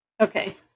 Okay